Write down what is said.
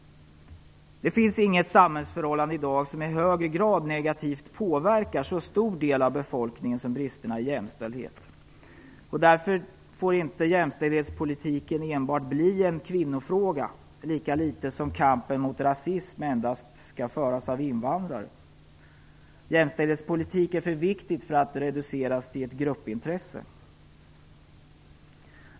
Det finns i dag inga samhällsförhållanden som i högre grad negativt påverkar en så stor del av befolkningen som bristerna i jämställdhet. Därför får inte jämställdhetspolitiken enbart bli en kvinnofråga, lika litet som kampen mot rasism endast skall föras av invandrare. Jämställdhetspolitik är för viktigt för att reduceras till ett gruppintresse.